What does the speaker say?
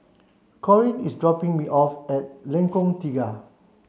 Corine is dropping me off at Lengkong Tiga